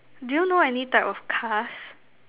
do you know any type of cars